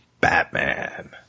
Batman